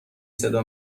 صدا